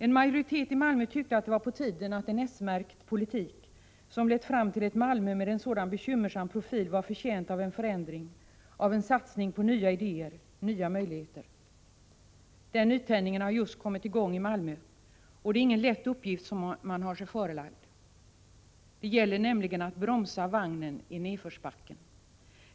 En majoritet i Malmö tyckte att det var på tiden att en s-märkt politik som lett fram till ett Malmö med en sådan bekymmersam profil var förtjänt av en förändring, av en satsning på nya idéer, nya möjligheter. Den nytändningen har just kommit i gång i Malmö, och det är ingen lätt uppgift som man har sig förelagd. Det gäller nämligen att bromsa vagnen i nerförsbacken.